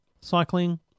cycling